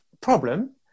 problem